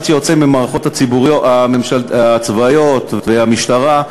אחד שיוצא מהמערכות הצבאיות והמשטרה,